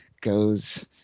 goes